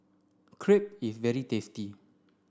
crepe is very tasty